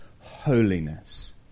holiness